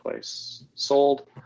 sold